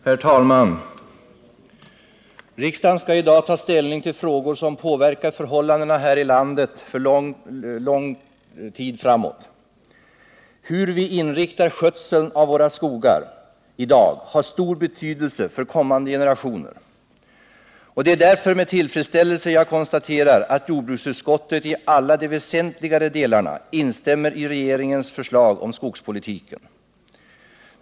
Herr talman! Riksdagen skall i dag ta ställning till frågor som påverkar förhållandena här i landet för lång tid framåt. Hur vi inriktar skötseln av våra skogar i dag har stor betydelse för kommande generationer. Det är därför med tillfredsställelse jag konstaterar att jordbruksutskottet i alla de väsentliga delarna instämmer i regeringens förslag till skogspolitik.